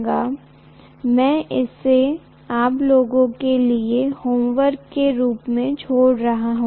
Okay मैं इसे आप लोगों के लिए होमवर्क के रूप में छोड़ रहा हूं